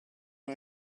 non